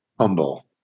humble